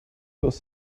was